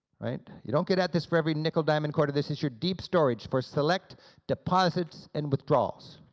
right. you don't get at this for every nickel, dime, and quarter, this is your deep storage for select deposits and withdrawals.